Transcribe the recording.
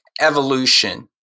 evolution